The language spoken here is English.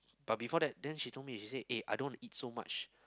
but before that then she told me she say eh I don't want to eat so much